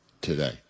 Today